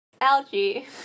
algae